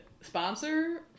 sponsor